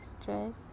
stress